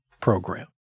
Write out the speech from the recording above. program